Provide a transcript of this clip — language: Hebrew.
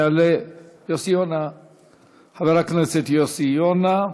יעלה חבר הכנסת יוסי יונה.